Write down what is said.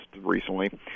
recently